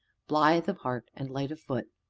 blithe of heart and light of foot.